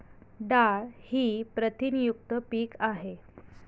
डाळ ही प्रथिनयुक्त पीक आहे